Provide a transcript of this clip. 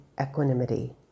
equanimity